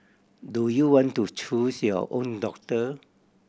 do you want to choose your own doctor